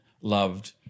loved